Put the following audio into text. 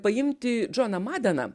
paimti džoną madeną